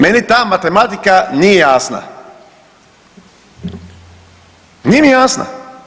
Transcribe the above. Meni ta matematika nije jasna, nije mi jasna.